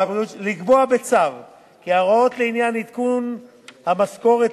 לקבוע בצו כי ההוראות לעניין עדכון המשכורת